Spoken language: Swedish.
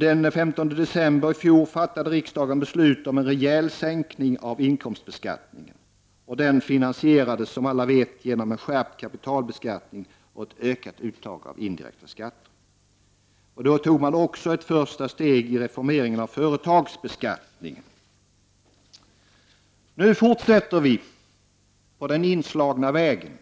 Den 15 december i fjol fattade riksdagen beslut om en rejäl sänkning av inkomstbeskattningen. Denna finansierades, som alla vet, genom en skärpt kapitalbeskattning och ett ökat uttag av indirekta skatter. Då togs också ett första steg i reformeringen av företagsbeskattningen. Nu fortsätter vi på den då inslagna vägen